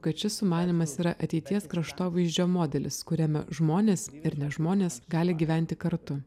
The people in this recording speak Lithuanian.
kad šis sumanymas yra ateities kraštovaizdžio modelis kuriame žmonės ir nežmonės gali gyventi kartu